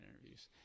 interviews